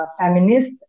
feminist